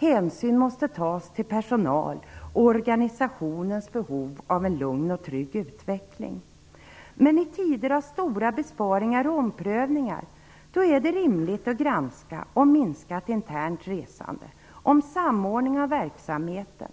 Hänsyn måste tas till personalens och organisationens behov av en lugn och trygg utveckling. Men i tider av stora besparingar och omprövningar är det rimligt att granska om ett minskat internt resande, en samordning av verksamheten,